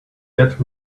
get